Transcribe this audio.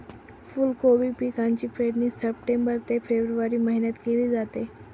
फुलकोबी पिकाची पेरणी सप्टेंबर ते फेब्रुवारी महिन्यात केली जाते